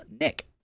nick